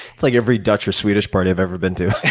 it's like every dutch or swedish party i've ever been to.